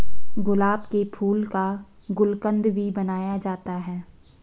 गुलाब के फूल का गुलकंद भी बनाया जाता है